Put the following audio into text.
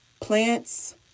plants